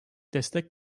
destek